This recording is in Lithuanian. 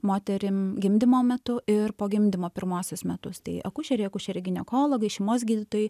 moterim gimdymo metu ir po gimdymo pirmuosius metus tai akušerė akušeriai ginekologai šeimos gydytojai